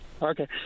Okay